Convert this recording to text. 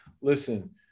listen